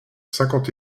cinquante